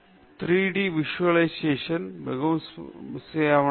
மூன்று D visualisation மிகவும் முக்கியமானது